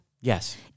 Yes